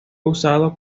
usado